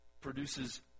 produces